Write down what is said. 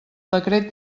decret